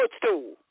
footstool